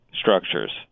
structures